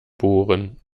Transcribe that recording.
bohren